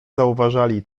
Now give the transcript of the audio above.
zauważali